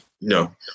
no